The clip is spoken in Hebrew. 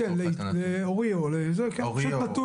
פשוט נתון